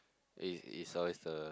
is is always the